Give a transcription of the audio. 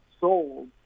sold